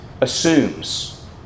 assumes